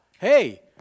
Hey